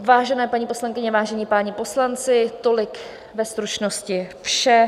Vážené paní poslankyně, vážení páni poslanci, tolik ve stručnosti vše.